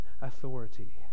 authority